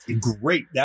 Great